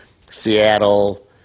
Seattle